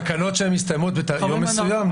תקנות שמסתיימות ביום מסוים,